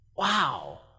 wow